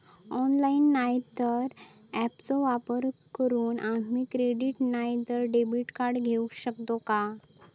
Online नाय तर ऍपचो वापर करून आम्ही क्रेडिट नाय तर डेबिट कार्ड घेऊ शकतो का?